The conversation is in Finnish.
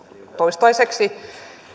toistaiseksi